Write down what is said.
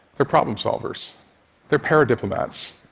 they're problem-solvers they're para-diplomats.